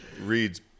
reads